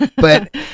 but-